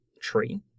tree